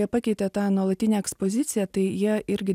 jie pakeitė tą nuolatinę ekspoziciją tai jie irgi